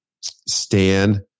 stand